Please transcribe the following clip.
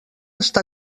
està